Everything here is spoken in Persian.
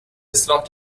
اصلاح